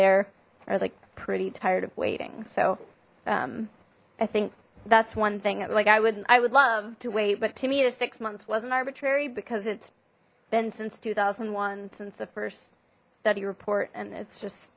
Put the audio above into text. there are like pretty tired of waiting so um i think that's one thing like i wouldn't i would love to wait but to me six months wasn't arbitrary because it's been since two thousand and one since the first study report and it's just